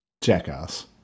Jackass